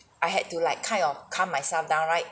I had to like kind of calm myself down right